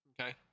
Okay